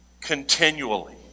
continually